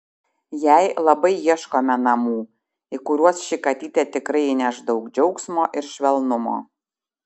jai labai ieškome namų į kuriuos ši katytė tikrai įneš daug džiaugsmo ir švelnumo